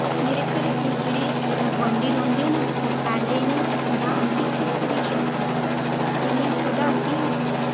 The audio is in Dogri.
मेरे घरै कोल जेह्ड़े गोआंढी रौंह्दे न ओह् पैह्ले न सुधा आंटी ते सुदेश अंकल जियां सुधा आंटी न